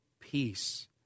peace